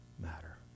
matter